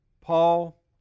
Paul